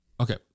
Okay